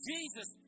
Jesus